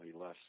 less